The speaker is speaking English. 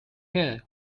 here